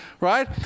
Right